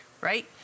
right